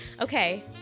Okay